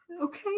Okay